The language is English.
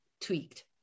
tweaked